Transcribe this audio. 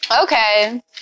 Okay